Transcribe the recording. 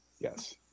Yes